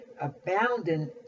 abounding